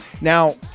Now